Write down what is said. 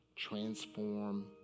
transform